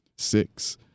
Six